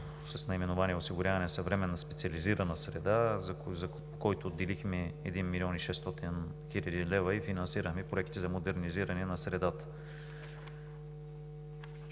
с наименование „Осигуряване на съвременна специализирана среда“, за който отделихме 1 млн. 600 хил. лв. за финансиране на проекти за модернизиране на средата.